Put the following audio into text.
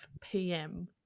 pm